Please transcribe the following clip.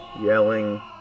yelling